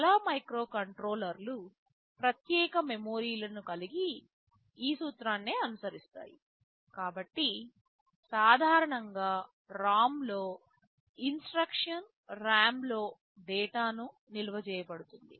చాలా మైక్రోకంట్రోలర్లుప్రత్యేక మెమొరీ లు కలిగిన ఈ సూత్రాన్నే అనుసరిస్తాయి కాబట్టి సాధారణంగా ROM లో ఇన్స్ట్రక్షన్స్ RAM లో డేటా నిల్వ చేయబడుతుంది